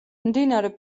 მდინარე